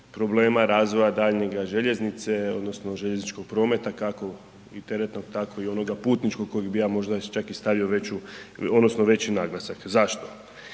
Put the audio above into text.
problema razvoja daljnjega željeznice odnosno željezničkog prometa, kako i teretnog tako i onoga putničkog kojeg bi ja možda čak i stavio veću odnosno veći naglasak. Zašto?